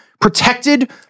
protected